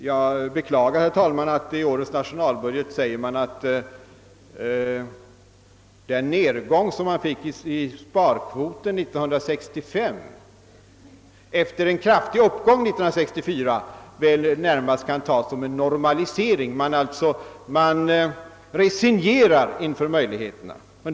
Jag beklagar, herr talman, att det i årets statsverksproposition heter att den nedgång som man fick i sparkvoten 1965 efter en kraftig uppgång 1964 närmast kan betraktas som en normalisering. Här resignerar man alltså inför möjligheterna!